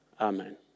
Amen